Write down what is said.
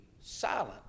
silent